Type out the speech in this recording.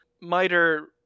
Miter